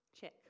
check